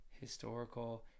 Historical